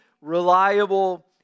reliable